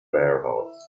warehouse